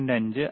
5 5